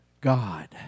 God